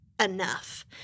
enough